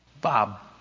Bob